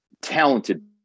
talented